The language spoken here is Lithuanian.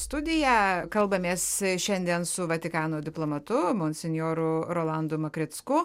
studiją kalbamės šiandien su vatikano diplomatu monsinjoru rolandu makricku